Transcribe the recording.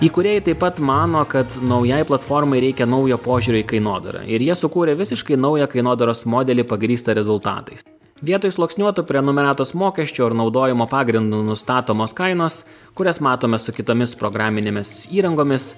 įkūrėjai taip pat mano kad naujai platformai reikia naujo požiūrio į kainodarą ir jie sukūrė visiškai naują kainodaros modelį pagrįstą rezultatais vietoj sluoksniuoto prenumeratos mokesčio ar naudojimo pagrindu nustatomos kainos kurias matome su kitomis programinėmis įrangomis